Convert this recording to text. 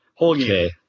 Okay